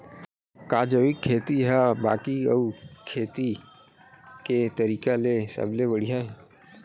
का जैविक खेती हा बाकी अऊ खेती के तरीका ले सबले बढ़िया हे?